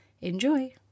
Enjoy